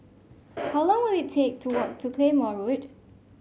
how long will it take to walk to Claymore Road